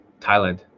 thailand